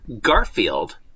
Garfield